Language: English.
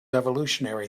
evolutionary